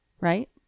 Right